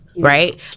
Right